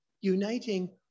uniting